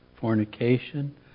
fornication